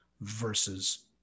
versus